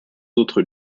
autres